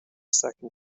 second